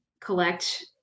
collect